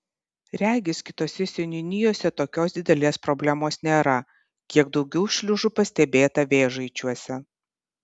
regis kitose seniūnijose tokios didelės problemos nėra kiek daugiau šliužų pastebėta vėžaičiuose